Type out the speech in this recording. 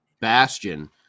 Bastion